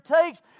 takes